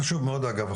חשוב מאוד אגב,